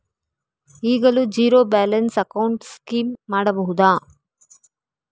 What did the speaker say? ಈಗಲೂ zero balance account scheme ಮಾಡಬಹುದಾ?